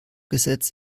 gesetz